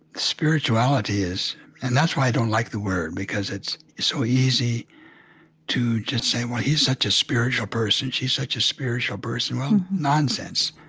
spirituality is and that's why i don't like the word, because it's so easy to just say, well, he's such a spiritual person, she's such a spiritual person. well, nonsense.